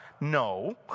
no